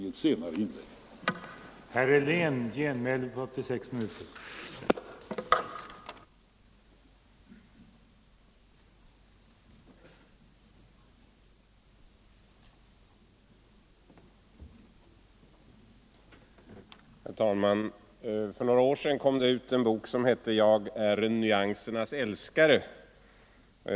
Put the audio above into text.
låter den svenska investeringsbanken gå ut och låna — varför skall man inte då kunna behandla de svenska affärsbankerna på samma sätt?